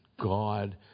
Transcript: God